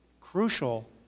crucial